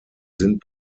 sind